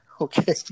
Okay